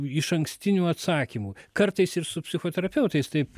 išankstinių atsakymų kartais ir su psichoterapeutais taip